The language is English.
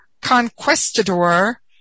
conquistador